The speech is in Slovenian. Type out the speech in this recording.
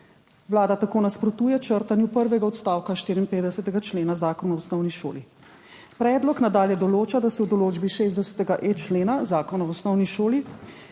Vlada tako nasprotuje črtanju prvega odstavka 54. člena zakona o osnovni šoli. Predlog nadalje določa, da se v določbi 60.e člena Zakona o osnovni šoli